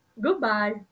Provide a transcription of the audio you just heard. Goodbye